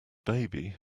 baby